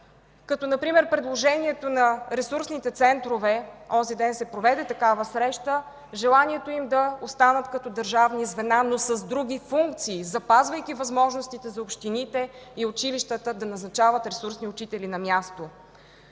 от 5-и клас, предложението на ресурсните центрове – онзи ден се проведе такава среща – желанието им да останат като държавни звена, но с други функции, запазвайки възможностите за общините и училищата да назначават ресурсни учители на място.